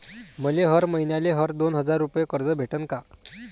मले हर मईन्याले हर दोन हजार रुपये कर्ज भेटन का?